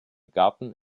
garten